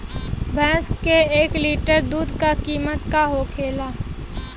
भैंस के एक लीटर दूध का कीमत का होखेला?